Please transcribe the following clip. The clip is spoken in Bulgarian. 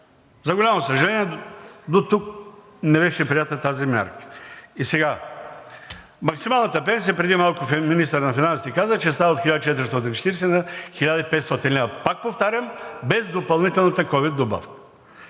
За голямо съжаление, дотук не беше приета тази мярка. И сега, максималната пенсия – преди малко министърът на финансите каза, че става от 1440 лв. на 1500 лв. Пак повтарям, без допълнителната ковид добавка.